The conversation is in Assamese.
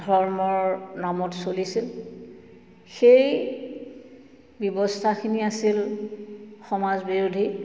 ধৰ্মৰ নামত চলিছিল সেই ব্যৱস্থাখিনি আছিল সমাজ বিৰোধী